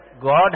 God